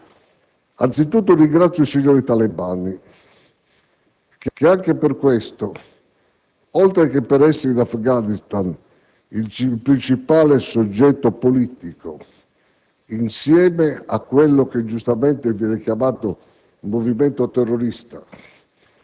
Anzitutto ringrazio i signori talebani, che anche per questo, oltre che per essere in Afghanistan il principale soggetto politico, insieme a quello che viene ingiustamente chiamato movimento terrorista,